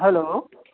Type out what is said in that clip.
hello